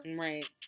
Right